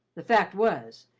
the fact was,